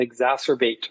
exacerbate